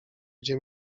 gdzie